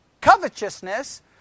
covetousness